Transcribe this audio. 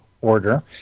order